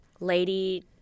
Lady